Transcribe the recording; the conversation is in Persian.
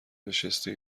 نشستی